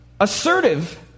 assertive